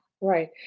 Right